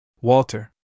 Walter